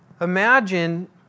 imagine